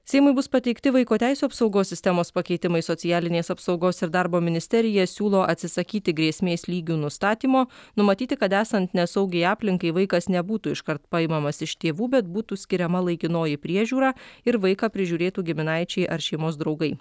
seimui bus pateikti vaiko teisių apsaugos sistemos pakeitimai socialinės apsaugos ir darbo ministerija siūlo atsisakyti grėsmės lygių nustatymo numatyti kad esant nesaugiai aplinkai vaikas nebūtų iškart paimamas iš tėvų bet būtų skiriama laikinoji priežiūra ir vaiką prižiūrėtų giminaičiai ar šeimos draugai